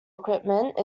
equipment